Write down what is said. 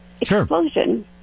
explosion